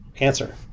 Answer